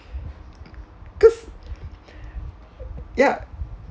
cause ya